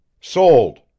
Sold